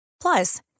Plus